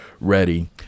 Ready